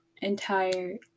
entire